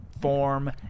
form